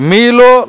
Milo